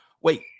Wait